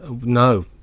No